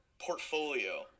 portfolio